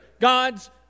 God's